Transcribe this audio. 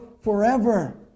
forever